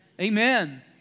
Amen